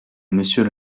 monsieur